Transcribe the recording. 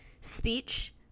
speech